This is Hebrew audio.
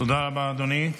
תודה רבה, אדוני.